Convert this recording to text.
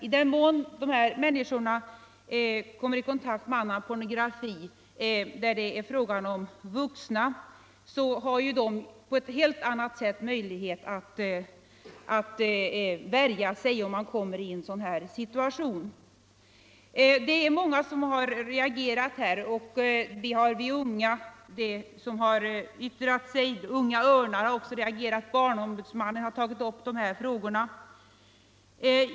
Om dessa sjuka människor kommer i kontakt med annan pornografi där det rör sig om vuxna och därav stimuleras till vissa handlingar, så har ju de vuxna helt andra möjligheter än barn att värja sig. Det är många som har reagerat, bl.a. Vi unga och Unga örnar. Vidare har barnombudsmannen tagit upp frågorna.